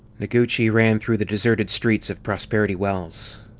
noguchi ran through the deserted streets of prosperity wells.